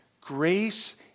Grace